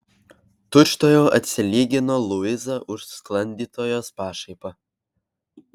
tučtuojau atsilygino luiza už sklandytojos pašaipą